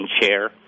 chair